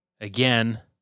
again